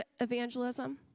evangelism